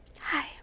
hi